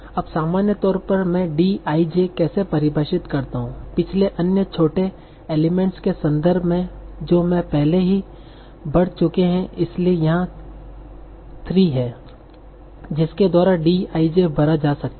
अब सामान्य तौर पर मैं D i j कैसे परिभाषित करता हूं पिछले अन्य छोटे एलिमेंट्स के संदर्भ में जो मैं पहले ही भर चूके हैं इसलिए यहां 3 हैं रेफर टाइम 1613 जिसके द्वारा D i j भरा जा सकता है